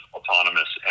autonomous